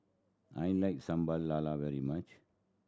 I like Sambal Lala very much